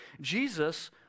Jesus